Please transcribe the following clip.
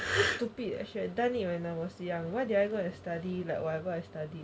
stupid actually done it when I was young why did I go and study like whatever I study